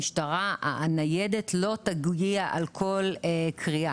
המשטרה הניידת לא תגיע על כל קריאה.